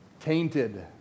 tainted